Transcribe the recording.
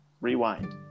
rewind